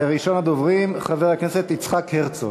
ראשון הדוברים, חבר הכנסת יצחק הרצוג.